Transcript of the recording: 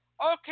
Okay